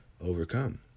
overcome